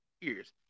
years